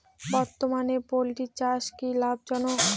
বর্তমানে পোলট্রি চাষ কি লাভজনক?